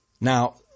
Now